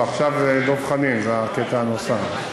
לא, עכשיו זה דב חנין, זה הקטע הנוסף.